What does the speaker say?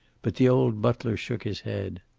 but the old butler shook his head.